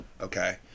okay